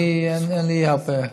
לי אין הרבה.